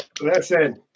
Listen